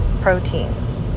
proteins